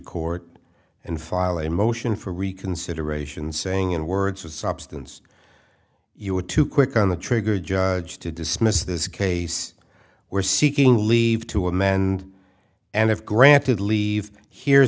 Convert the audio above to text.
court and file a motion for reconsideration saying in words or substance you were too quick on the trigger judge to dismiss this case we're seeking leave to amend and if granted leave here